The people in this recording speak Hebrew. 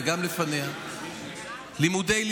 ללמוד על